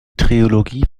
trilogie